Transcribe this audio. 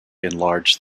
enlarged